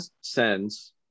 sends